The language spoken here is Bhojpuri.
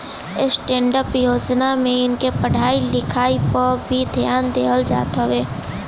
स्टैंडडप योजना में इनके पढ़ाई लिखाई पअ भी ध्यान देहल जात हवे